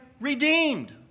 redeemed